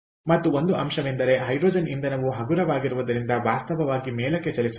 ಮತ್ತು ಒಂದು ಅಂಶವೆಂದರೆ ಹೈಡ್ರೋಜನ್ ಇಂಧನವು ಹಗುರವಾಗಿರುವುದರಿಂದ ವಾಸ್ತವವಾಗಿ ಮೇಲಕ್ಕೆ ಚಲಿಸುತ್ತದೆ